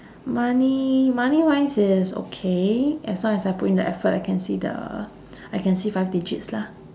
money money wise it's okay as long as I put in the effort I can see the I can see five digits lah